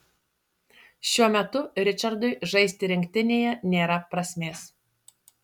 šiuo metu ričardui žaisti rinktinėje nėra prasmės